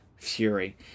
Fury